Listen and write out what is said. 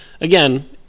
again